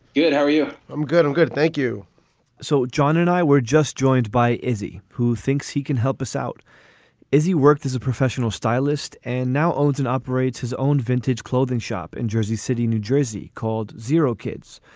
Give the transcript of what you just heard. good. how are you? i'm good. i'm good. thank you so john and i were just joined by izzy, who thinks he can help us out is he worked as a professional stylist and now owns and operates his own vintage clothing shop in jersey city, new jersey, called zero kids.